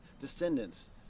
descendants